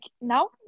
now